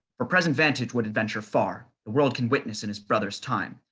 for present vantage would adventure far. the world can witness in his brother's time,